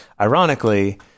ironically